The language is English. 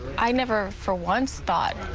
i never for once thought.